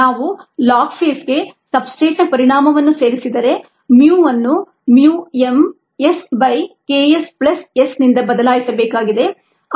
ನಾವು ಲಾಗ್ ಫೇಸ್ಗೆ ಸಬ್ಸ್ಟ್ರೇಟ್ನ ಪರಿಣಾಮವನ್ನು ಸೇರಿಸಿದರೆ mu ಅನ್ನು mu m S by K s plus S ನಿಂದ ಬದಲಾಯಿಸಬೇಕಾಗಿದೆ